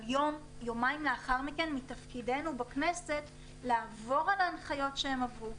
אבל יום או יומיים לאחר מכן מתפקידנו בכנסת לעבור על ההנחיות שעברו,